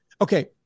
Okay